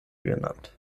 genannt